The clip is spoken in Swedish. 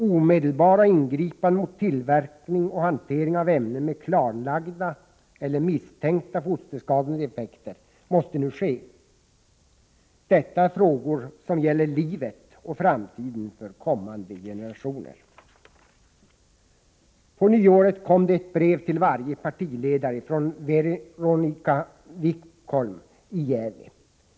Omedelbara ingripanden mot tillverkning och hantering av ämnen med klarlagda eller misstänkta foster skadande effekter måste nu ske. Detta är frågor som gäller livet och framtiden för kommande generationer. På nyåret kom det ett brev till varje partiledare från Veronica Wikholm i Gävle.